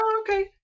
Okay